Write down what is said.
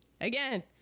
again